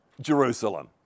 Jerusalem